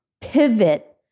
pivot